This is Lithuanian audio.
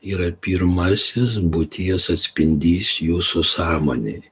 yra pirmasis būties atspindys jūsų sąmonėj